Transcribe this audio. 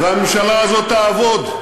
והממשלה הזאת תעבוד,